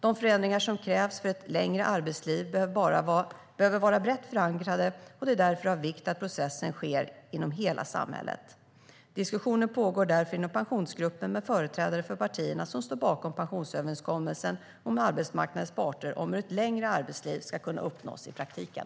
De förändringar som krävs för ett längre arbetsliv behöver vara brett förankrade, och det är därför av vikt att processen sker inom hela samhället. Diskussioner pågår därför inom Pensionsgruppen med företrädare för partierna som står bakom pensionsöverenskommelsen och med arbetsmarknadens parter om hur ett längre arbetsliv ska kunna uppnås i praktiken.